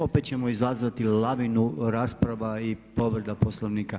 Opet ćemo izazvati lavinu rasprava i povreda Poslovnika.